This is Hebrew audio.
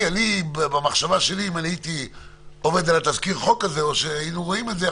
אם אני הייתי עובד על תזכיר החוק הזה או שהיינו רואים את זה,